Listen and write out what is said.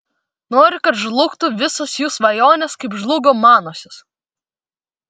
noriu kad žlugtų visos jų svajonės kaip žlugo manosios